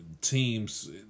teams